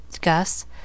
Gus